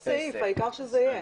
העיקר שזה יהיה.